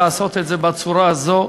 לעשות את זה בצורה הזאת,